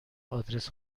آدرس